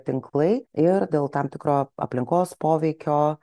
tinklai ir dėl tam tikro aplinkos poveikio